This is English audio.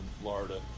Florida